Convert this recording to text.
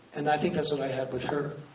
and i think that's what i had with her.